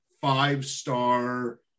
five-star